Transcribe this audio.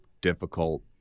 difficult